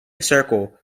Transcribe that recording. circle